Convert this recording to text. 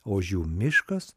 o už jų miškas